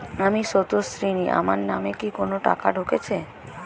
আমি স্রোতস্বিনী, আমার নামে কি কোনো টাকা ঢুকেছে?